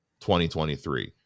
2023